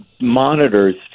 monitors